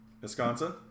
Wisconsin